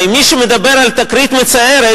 הרי מי שמדבר על תקרית מצערת,